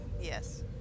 yes